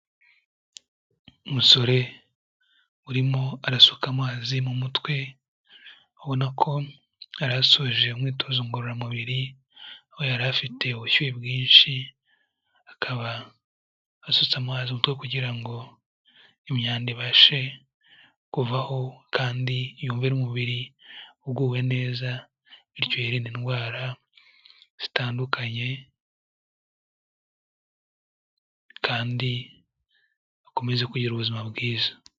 Umusore urimo arasuka amazi mu mutwe, ubona ko yari asoje umwitozo ngororamubiri, aho yari afite ubushyuhe bwinshi, akaba asutse amazi mu mutwe kugira ngo imyanda ibashe kuvaho kandi yumve n'umubiri uguwe neza bityo yirinde indwara zitandukanye kandi akomeze kugira ubuzima bwiza.